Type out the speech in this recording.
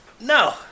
No